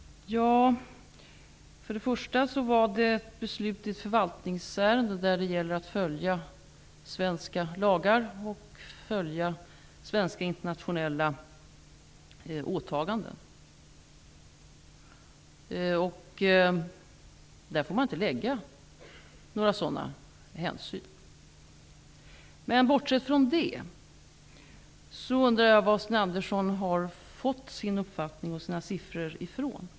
För det första var detta ett beslut i ett förvaltningsärende där det gäller att följa svenska lagar och svenska internationella åtaganden. Då får man inte ta några sådana ekonomiska hänsyn. Bortsett från det undrar jag vad Sten Andersson har fått sin uppfattning och sina siffror ifrån.